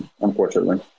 unfortunately